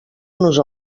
nos